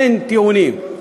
אין טיעונים.